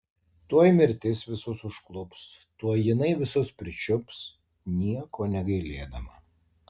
tuoj mirtis visus užklups tuoj jinai visus pričiups nieko negailėdama